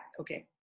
okay